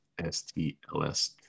STLS